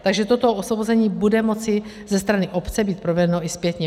Takže toto osvobození bude moci ze strany obce být provedeno i zpětně.